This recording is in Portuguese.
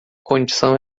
condição